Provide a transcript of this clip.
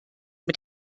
mit